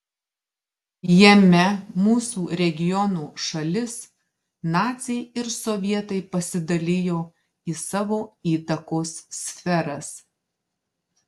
jame mūsų regiono šalis naciai ir sovietai pasidalijo į savo įtakos sferas